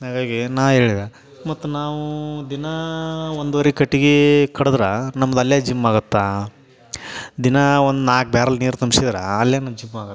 ಹಾಗಾಗಿ ನಾನು ಹೇಳ್ದ ಮತ್ತು ನಾವು ದಿನಾ ಒಂದು ಹೊರಿ ಕಟ್ಗೆ ಕಡಿದ್ರ ನಮ್ದು ಅಲ್ಲೇ ಜಿಮ್ಮಾಗುತ್ತೆ ದಿನಾ ಒಂದು ನಾಲ್ಕು ಬ್ಯಾರಲ್ ನೀರು ತುಂಬ್ಸಿದ್ರೆ ಅಲ್ಲೇ ನಮ್ಮ ಜಿಮ್ಮಾಗುತ್ತೆ